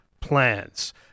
plans